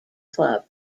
club